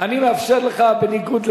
אני מאפשר לך, בניגוד,